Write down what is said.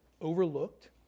overlooked